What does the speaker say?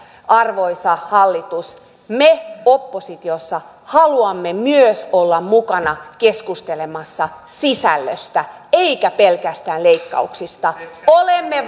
arvoisa hallitus me oppositiossa haluamme myös olla mukana keskustelemassa sisällöstä emmekä pelkästään leikkauksista olemme